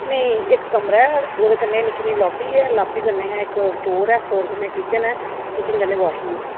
नेईं इक कमरा ऐ ते ओह्दे कन्नै निक्की नेही लाबी ऐ लाबी कन्नै गै इक स्टोर ऐ स्टोर कन्नै किचन ऐ किचन कन्नै बाशरूम ऐ